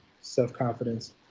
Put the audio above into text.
self-confidence